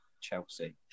Chelsea